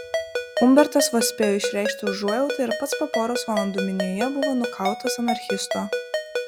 umbertas vos spėjo išreikšti užuojautą ir pats po poros valandų minioje buvo nukautas anarchisto